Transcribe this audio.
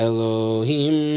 Elohim